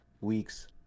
weeks